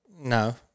No